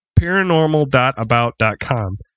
paranormal.about.com